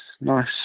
nice